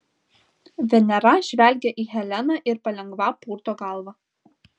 venera žvelgia į heleną ir palengva purto galvą